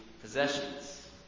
possessions